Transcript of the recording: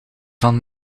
van